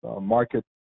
Market